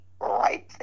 right